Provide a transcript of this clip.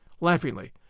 laughingly